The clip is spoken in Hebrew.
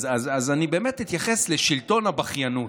אז אני באמת אתייחס לשלטון הבכיינות.